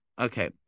Okay